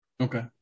Okay